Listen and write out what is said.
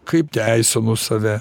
kaip teisinu save